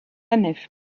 nef